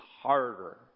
harder